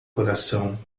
coração